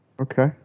Okay